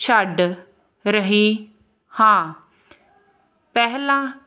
ਛੱਡ ਰਹੀ ਹਾਂ ਪਹਿਲਾਂ